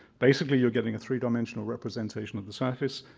basically, you're getting a three-dimensional representation of the surface.